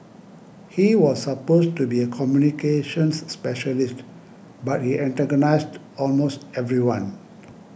he was supposed to be a communications specialist but he antagonised almost everyone